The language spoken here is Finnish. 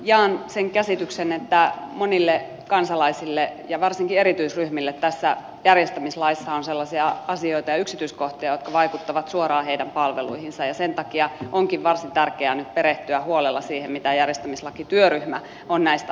jaan sen käsityksen että monille kansalaisille ja varsinkin erityisryhmille tässä järjestämislaissa on sellaisia asioita ja yksityiskohtia jotka vaikuttavat suoraan heidän palveluihinsa ja sen takia onkin varsin tärkeää nyt perehtyä huolella siihen mitä järjestämislakityöryhmä on näistä asioista linjannut